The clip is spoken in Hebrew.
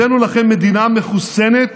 הבאנו לכם מדינה מחוסנת,